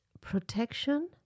protection